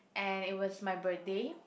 and it was my birthday